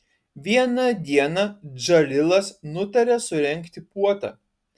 vieną dieną džalilas nutarė surengti puotą